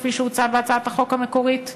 כפי שהוצע בהצעת החוק המקורית?